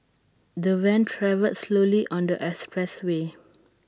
the van travelled slowly on the expressway